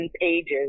pages